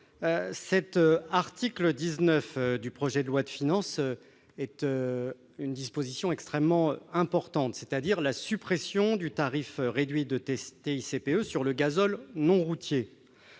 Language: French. L'article 19 du projet de loi de finances est une disposition extrêmement importante, à savoir la suppression du tarif réduit de TICPE sur le gazole non routier.